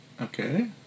Okay